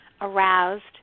aroused